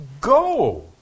go